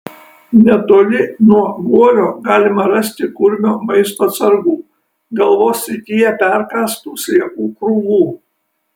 netoli nuo guolio galima rasti kurmio maisto atsargų galvos srityje perkąstų sliekų krūvų